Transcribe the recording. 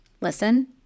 listen